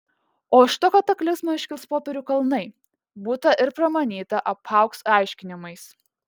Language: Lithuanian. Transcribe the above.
o iš to kataklizmo iškils popierių kalnai būta ir pramanyta apaugs aiškinimais